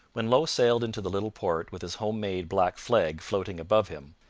when low sailed into the little port with his home-made black flag floating above him,